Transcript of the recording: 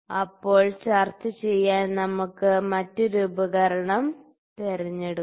അപ്പോൾ ചർച്ച ചെയ്യാൻ നമ്മൾ മറ്റൊരു ഉപകരണം തിരഞ്ഞെടുക്കും